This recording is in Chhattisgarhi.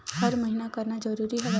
हर महीना करना जरूरी हवय का?